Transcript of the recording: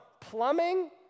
Plumbing